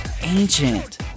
Ancient